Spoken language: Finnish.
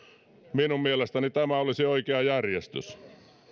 minun mielestäni tämä olisi oikea järjestys